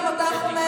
של תקווה חדשה?